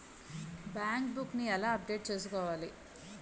Bank book నీ ఎలా update చేసుకోవాలి?